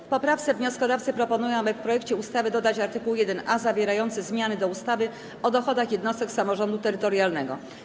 W poprawce wnioskodawcy proponują, aby w projekcie ustawy dodać art. 1a zawierający zmiany do ustawy o dochodach jednostek samorządu terytorialnego.